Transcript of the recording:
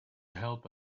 help